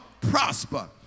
prosper